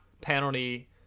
penalty